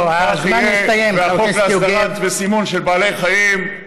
והחוק להסדרת וסימון בעלי חיים,